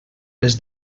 les